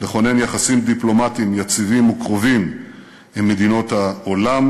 לכונן יחסים דיפלומטיים יציבים וקרובים עם מדינות העולם,